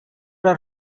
her